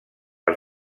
per